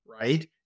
right